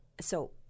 So-